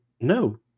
no